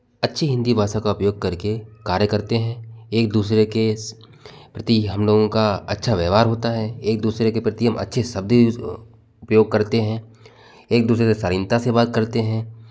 अच्छी हिंदी भाषा का उपयोग करके कार्य करते हैं एक दूसरे के प्रति हम लोगों का अच्छा व्यवहार एक दूसरे के प्रति हम अच्छे शब्द यूज़ करते हैं एक दूसरे से शालीनता से बात करते हैं